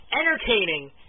entertaining